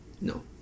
No